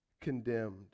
condemned